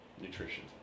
nutrition